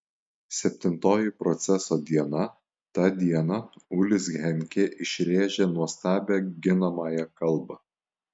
septintoji proceso diena tą dieną ulis henkė išrėžė nuostabią ginamąją kalbą